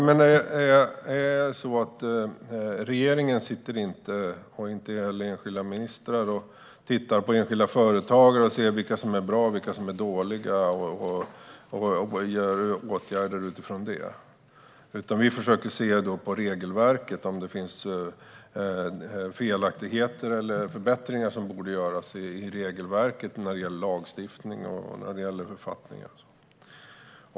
Fru talman! Regeringen och inte heller enskilda ministrar avgör vilka enskilda företagare som är bra eller dåliga för att sedan vidta åtgärder. Vi försöker se på om det finns felaktigheter i regelverket eller förbättringar som borde göras i regelverket i fråga om lagstiftning och författningar.